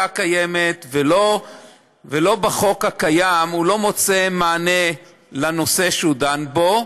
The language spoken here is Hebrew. הקיימת ולא בחוק הקיים מענה לנושא שהוא דן בו,